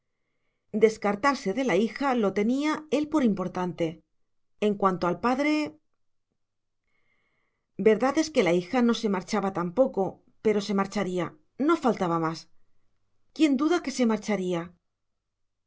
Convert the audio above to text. descartarse de la hija lo tenía él por importante en cuanto al padre verdad es que la hija no se marchaba tampoco pero se marcharía no faltaba más quién duda que se marcharía